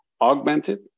augmented